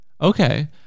okay